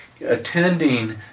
attending